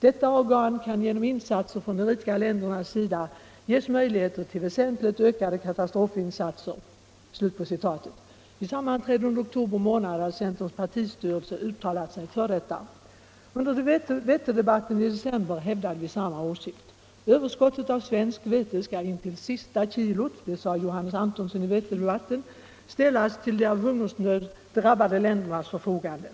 Detta organ kan, genom insatser från de rika ländernas sida, ges möjligheter till väsentligt ökade katastrofinsatser.” Vid sammanträde under oktober månad hade centerns partistyrelse uttalat sig för detta. Under vetedebatten i december hävdade vi samma åsikt: Överskottet av svenskt vete skall ”intill sista kilot” — det sade Johannes Antonsson i debatten — ställas till de av hungersnöd drabbade ländernas förfogande.